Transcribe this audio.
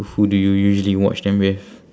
who do you usually watch them with